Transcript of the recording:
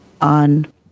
on